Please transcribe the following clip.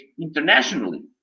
internationally